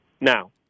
now